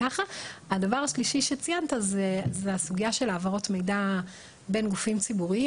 הדבר השלישי שציינת זו הסוגיה של העברות מידע בין גופים ציבוריים.